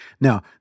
Now